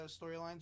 storylines